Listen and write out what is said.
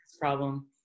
problem